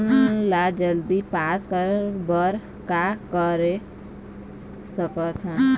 Loan ला जल्दी pass करे बर का कर सकथन?